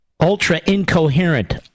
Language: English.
Ultra-incoherent